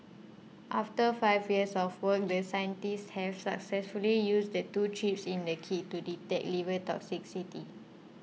after five years of work the scientists have successfully used the two chips in the kit to detect liver toxicity